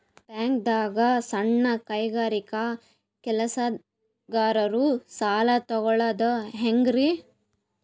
ಬ್ಯಾಂಕ್ದಾಗ ಸಣ್ಣ ಕೈಗಾರಿಕಾ ಕೆಲಸಗಾರರು ಸಾಲ ತಗೊಳದ್ ಹೇಂಗ್ರಿ?